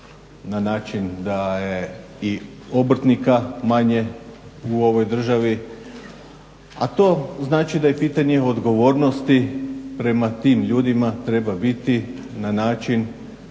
na način da je i obrtnika manje u ovoj državi, a to znači da i pitanje odgovornosti prema tim ljudima treba biti na način